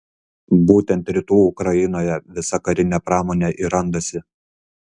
būtent rytų ukrainoje visa karinė pramonė ir randasi